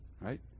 right